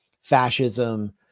fascism